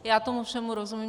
Já tomu všemu rozumím.